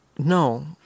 No